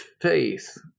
faith